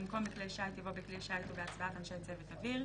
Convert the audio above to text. במקום "פרק י'" יבוא "סימן ב' לפרק י'".